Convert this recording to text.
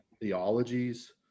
theologies